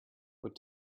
what